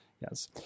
yes